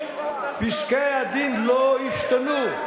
פסקי-הדין לא ישתנו.